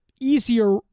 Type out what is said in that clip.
easier